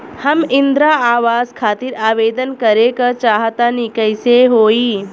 हम इंद्रा आवास खातिर आवेदन करे क चाहऽ तनि कइसे होई?